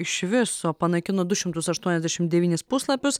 iš viso panaikino du šimtus aštuoniasdešim devynis puslapius